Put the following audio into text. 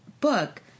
book